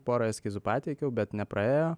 porą eskizų pateikiau bet nepraėjo